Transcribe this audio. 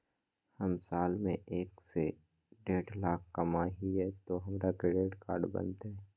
हम साल में एक से देढ लाख कमा हिये तो हमरा क्रेडिट कार्ड बनते?